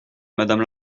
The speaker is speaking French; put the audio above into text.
madame